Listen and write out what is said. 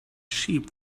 sheep